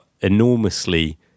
enormously